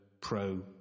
pro